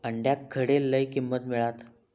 अंड्याक खडे लय किंमत मिळात?